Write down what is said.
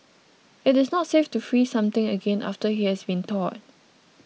it is not safe to freeze something again after it has thawed